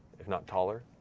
if not taller.